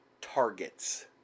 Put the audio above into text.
targets